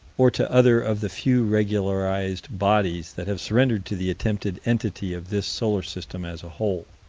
or to other of the few regularized bodies that have surrendered to the attempted entity of this solar system as a whole